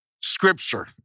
Scripture